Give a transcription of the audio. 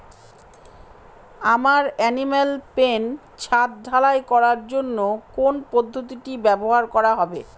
আমার animal pen ছাদ ঢালাই করার জন্য কোন পদ্ধতিটি ব্যবহার করা হবে?